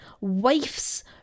WIFES